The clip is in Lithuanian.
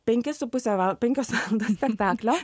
penki su puse penkios valandos spektaklio